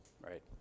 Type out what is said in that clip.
right